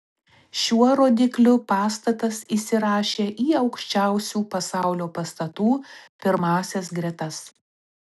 šiuo rodikliu pastatas įsirašė į aukščiausių pasaulio pastatų pirmąsias gretas